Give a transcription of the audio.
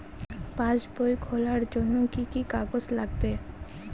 পাসবই খোলার জন্য কি কি কাগজ লাগবে?